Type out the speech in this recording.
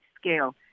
scale